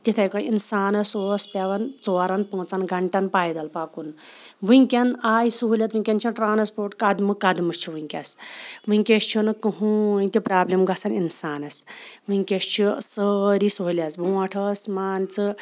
تِتھَے کٔنۍ اِنسانَس اوس پٮ۪وان ژورَن پانٛژَن گَںٛٹَن پایدَل پَکُن وٕنۍکٮ۪ن آے سہوٗلیت وٕنۍکٮ۪ن چھِ ٹرٛانَسپوٹ قدمہٕ قدمہٕ چھُ وٕنۍکٮ۪س وٕنۍکٮ۪س چھُنہٕ کٕہٕنۍ تہِ پرٛابلِم گژھان اِنسانَس وٕنۍکٮ۪س چھُ سٲری سہولیژ بروںٛٹھ ٲس مان ژٕ